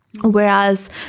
Whereas